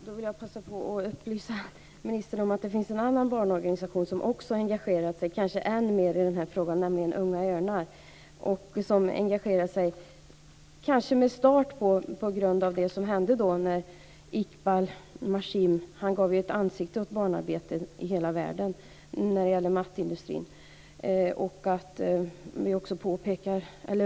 Fru talman! Jag vill passa på att upplysa ministern om att det finns en annan barnorganisation som också har engagerat sig kanske än mer i denna fråga, nämligen Unga örnar. Det engagemanget kanske började i och med det som hände med Iqbal Masih, som gav barnarbetet ett ansikte i hela världen när det gäller mattindustrin.